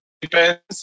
depends